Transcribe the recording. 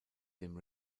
dem